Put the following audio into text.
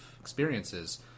experiences